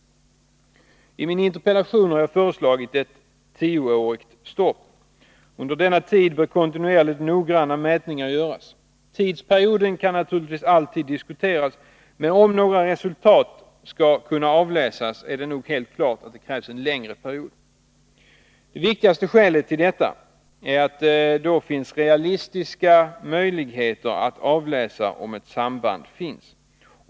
I min interpellation har jag föreslagit ett tioårigt stopp. Under denna tid bör noggranna mätningar kontinuerligt göras. Tidsperioden kan naturligtvis alltid diskuteras. Men om några resultat skall kunna avläsas är det nog helt klart att det krävs en längre period. Det viktigaste skälet till detta är att det då finns realistiska möjligheter att avläsa om ett samband finns.